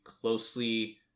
closely